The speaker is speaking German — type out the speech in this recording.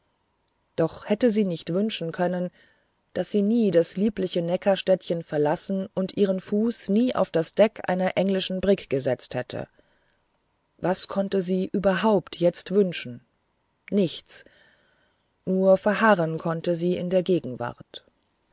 doch hätte sie nicht wünschen können daß sie nie das liebliche neckarstädtchen verlassen und ihren fuß nie auf das deck einer englischen brigg gesetzt hätte was konnte sie überhaupt jetzt wünschen nichts nur verharren konnte sie in der gegenwart